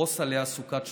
ופרוס עליה סוכת שלומך,